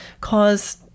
cause